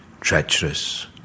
treacherous